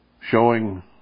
showing